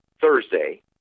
Thursday